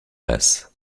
bass